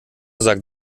sagt